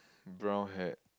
brown hat